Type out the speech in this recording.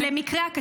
מקרי הקצה.